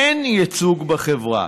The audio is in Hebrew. אין ייצוג בחברה.